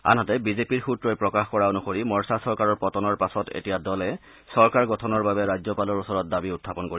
আনহাতে বিজেপিৰ সূত্ৰই প্ৰকাশ কৰা অনুসৰি মৰ্চা চৰকাৰৰ পতনৰ পাছত এতিয়া দলে চৰকাৰ গঠনৰ বাবে ৰাজ্যপালৰ ওচৰত দাবী উখাপন কৰিব